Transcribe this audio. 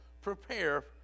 prepare